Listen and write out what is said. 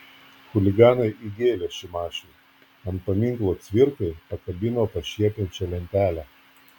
chuliganai įgėlė šimašiui ant paminklo cvirkai pakabino pašiepiančią lentelę